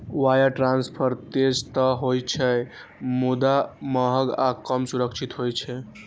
wire transfer तेज तं होइ छै, मुदा महग आ कम सुरक्षित होइ छै